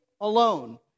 alone